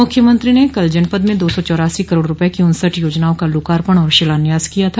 मुख्यमंत्री ने कल जनपद में दो सौ चौरासी करोड़ रूपये की उन्सठ योजनाओं का लोकार्पण और शिलान्यास किया था